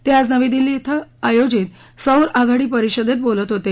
ते आज नवी दिल्ली इथं आयोजित सौर आघाडी परिषदेत बोलत होते